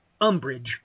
umbrage